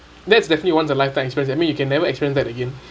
that's definitely once a lifetime eperience I mean you can never experience that again